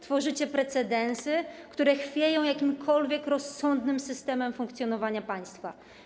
Tworzycie precedensy, które chwieją jakimkolwiek rozsądnym systemem funkcjonowania państwa.